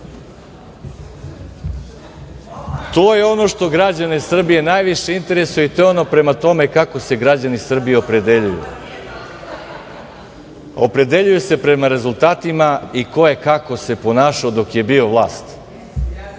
To je ono što građane Srbije najviše interesuje i to je ono prema tome kako se građani Srbije opredeljuju. Opredeljuju se prema rezultatima i ko se kako ponašao dok je bio